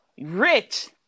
rich